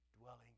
dwelling